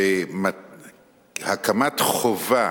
והקמת חובה